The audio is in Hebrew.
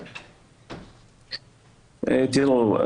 תראו,